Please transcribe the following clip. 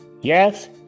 Yes